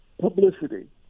publicity